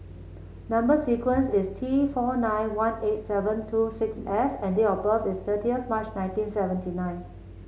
number sequence is T four nine one eight seven two six S and date of birth is thirtieth March nineteen seventy nine